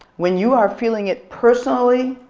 when you are feeling it personally,